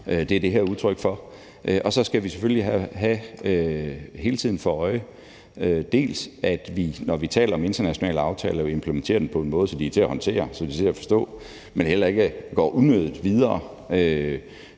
det er det her udtryk for – og så skal vi selvfølgelig hele tiden have for øje, dels at vi, når vi taler om internationale aftaler, implementerer dem på en måde, så de er til at håndtere og forstå, dels at det ikke går unødigt videre.